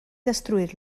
destruir